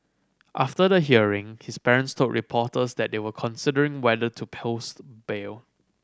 after the hearing his parents told reporters that they were considering whether to post bail